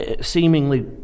seemingly